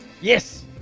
Yes